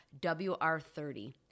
WR30